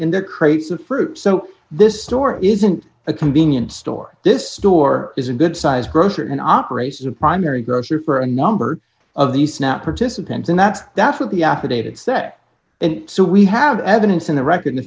in their crates of fruit so this store isn't a convenience store this store is a good sized grocery an operation a primary grocery for a number of these snap participants and that's that's what the affidavit said and so we have evidence in the record the